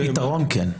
יתרון כן.